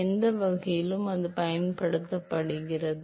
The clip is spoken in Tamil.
எந்த வகையிலும் அது பயன்படுத்தப்படுகிறது